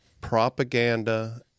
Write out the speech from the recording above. propaganda